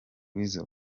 weasel